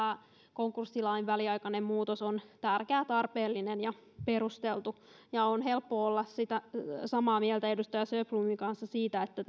konkurssilain väliaikainen muutos on tärkeä tarpeellinen ja perusteltu ja on helppo olla samaa mieltä edustaja sjöblomin kanssa siitä että